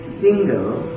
single